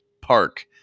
Park